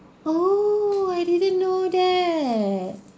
oh I didn't know that